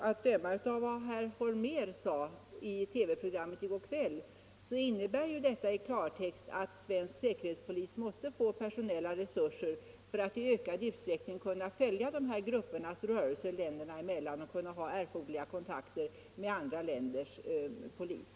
Att döma av vad herr Holmér sade i TV-programmet i går kväll innebär ju detta i klartext att svensk säkerhetspolis måste få personella resurser för att i ökad utsträckning kunna följa dessa gruppers rörelser länderna emellan och kunna ta erforderliga kontakter med andra länders polis.